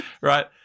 Right